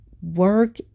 Work